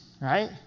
right